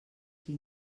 qui